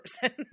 person